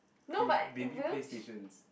cre~ maybe play stations